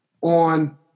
on